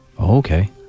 okay